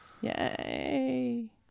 Yay